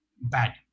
bad